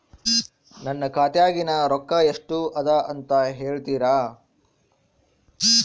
ನನ್ನ ಖಾತೆಯಾಗಿನ ರೊಕ್ಕ ಎಷ್ಟು ಅದಾ ಅಂತಾ ಹೇಳುತ್ತೇರಾ?